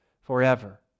forever